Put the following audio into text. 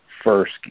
First